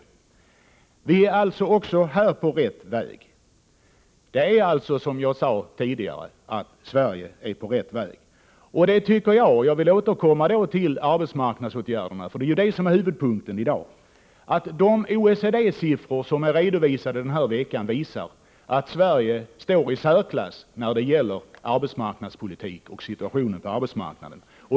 Sverige är alltså också här på rätt väg, som jag sade tidigare. Jag vill återkomma till arbetsmarknadsåtgärderna, för de är huvudpunkten i dag. Jag tycker att de OECD-siffror som redovisats den här veckan gör det klart att Sverige står i särklass när det gäller arbetsmarknadspolitik och situationen på arbetsmarknaden.